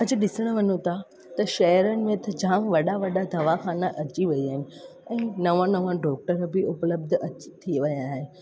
अॼु ॾिसणु वञूं था त शहरनि में त जाम वॾा वॾा दवाखाना अची विया आहिनि ऐं नवां नवां डॉक्टर बि उपलब्ध थी विया आहिनि